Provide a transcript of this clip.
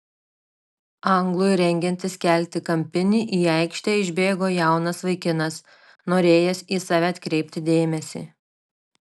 anglui rengiantis kelti kampinį į aikštę išbėgo jaunas vaikinas norėjęs į save atkreipti dėmesį